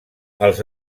els